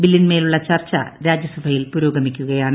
ബില്ലിന്മേലുള്ള ചർച്ച രാജ്യസഭയിൽ പുരോഗമിക്കുകയാണ്